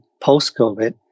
post-COVID